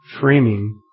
framing